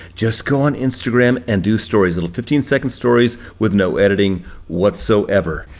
just go on instagram and do stories, little fifteen second stories with no editing whatsoever.